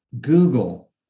Google